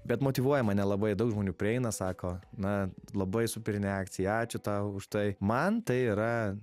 bet motyvuoja mane labai daug žmonių prieina sako na labai superinė akcija ačiū tau už tai man tai yra